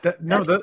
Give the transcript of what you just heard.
No